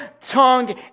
tongue